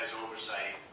oversight